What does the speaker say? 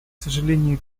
сожалению